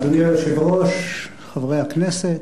אדוני היושב-ראש, חברי הכנסת,